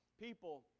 people